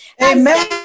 Amen